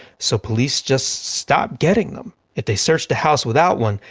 so police just stopped getting them. if they searched a house without one,